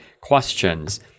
questions